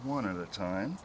one of the time